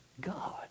God